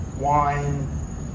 wine